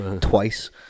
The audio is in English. twice